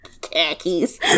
Khakis